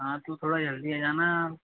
हाँ तो थोड़ा जल्दी आ जाना अब